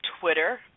Twitter